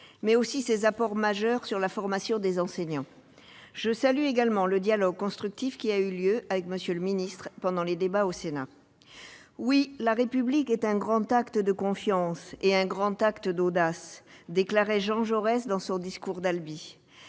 mais aussi de ses apports majeurs sur la formation des enseignants. Je salue également le dialogue constructif qui a eu lieu avec M. le ministre pendant les débats au Sénat. « Oui, la République est un grand acte de confiance et un grand acte d'audace », déclarait Jean Jaurès dans son discours d'Albi.